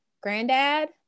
Granddad